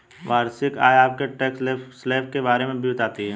वार्षिक आय आपके टैक्स स्लैब के बारे में भी बताती है